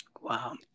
Wow